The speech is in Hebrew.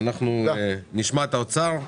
אנחנו נשמע את האוצר.